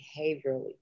behaviorally